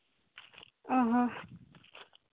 ᱚ ᱦᱚᱸ